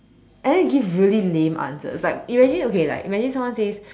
and then they give really lame answers like imagine okay like imagine someone says